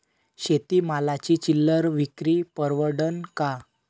शेती मालाची चिल्लर विक्री परवडन का?